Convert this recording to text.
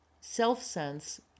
self-sense